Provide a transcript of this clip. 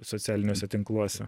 socialiniuose tinkluose